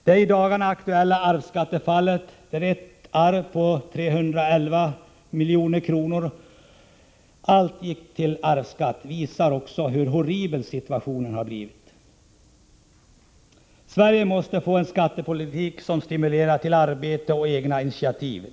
Det i dagarna aktuella arvsskattefallet, där av ett arv på 311 milj.kr. allt gick till arvsskatt, visar hur horribel situationen blivit. Sverige måste få en skattepolitik som stimulerar till arbete och egna initiativ.